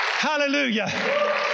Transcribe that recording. Hallelujah